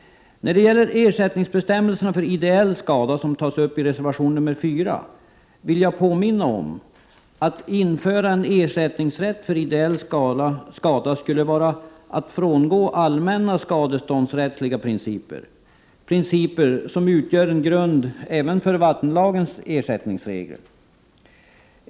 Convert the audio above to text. När det gäller ersättningsbestämmelserna för ideell skada som tas upp i reservation 4 vill jag påminna om, att införa ersättningsrätt för ideell skada skulle vara att frångå allmänna skadeståndsrättsliga principer — principer som utgör en grund även för vattenlagens ersättningsregler.